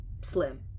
slim